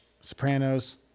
Sopranos